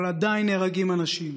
אבל עדיין נהרגים אנשים.